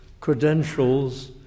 Credentials